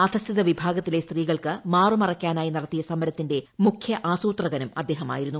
അധസ്ഥിത വിഭാഗത്തിലെ സ്ത്രീകൾക്ക് മാറു മറയ്ക്കാനായി നടത്തിയ സമരത്തിന്റെ മുഖ്യ ആസൂത്രകനും അദ്ദേഹം ആയിരുന്നു